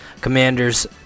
Commanders